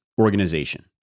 organization